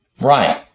Right